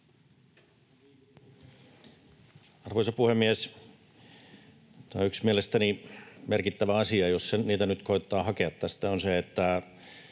Arvoisa puhemies! Yksi merkittävä asia, jos niitä nyt koettaa hakea tästä, on se, että